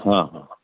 ହଁ ହଁ